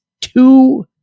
two